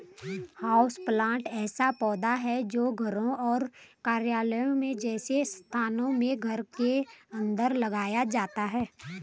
houseplant ऐसा पौधा है जो घरों और कार्यालयों जैसे स्थानों में घर के अंदर उगाया जाता है